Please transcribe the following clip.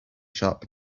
sharp